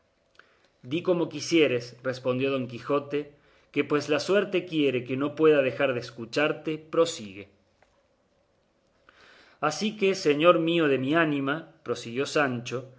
di como quisieres respondió don quijote que pues la suerte quiere que no pueda dejar de escucharte prosigue así que señor mío de mi ánima prosiguió sancho